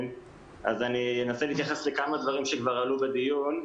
אני אנסה להתייחס לכמה דברים שכבר עלו בדיון.